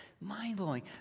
mind-blowing